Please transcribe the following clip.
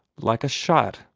like a shot!